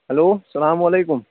hello سلام علیکُم